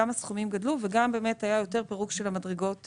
גם הסכומים גדלו וגם היה יותר פירוק של המדרגות,